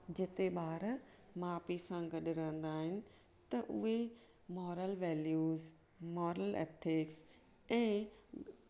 जिते बार माउ पीउ सा गडु रहंदा आहिनि त उहे मोरल वेल्यूस मोरल एथिक्स ते